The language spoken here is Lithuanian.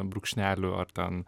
brūkšnelių ar ten